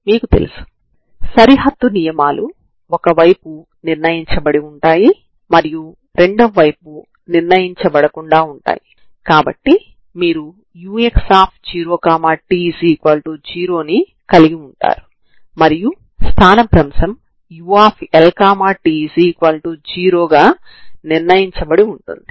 మీరు సరిహద్దుని 0 గా కావాలనుకుంటే లేదా ప్రారంభ నియమాలను 0 గా కావాలనుకుంటే ఈ సరిహద్దు నియమాలు కలిగిన సమస్యను రెండు సమస్యలుగా విభజించాలి సరేనా